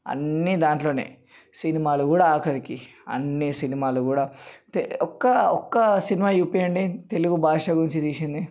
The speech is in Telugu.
అన్ని దాంట్లోనే సినిమాలు కూడా ఆఖరికి అన్నిసినిమాలు కూడా ఒక్క ఒక్క సినిమా చూపియండి తెలుగుభాష గురించి తీసింది